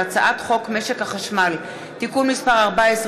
והצעת חוק משק החשמל (תיקון מס' 14,